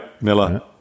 Miller